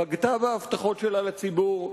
בגדה בהבטחות שלה לציבור,